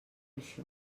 això